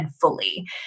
fully